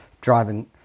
driving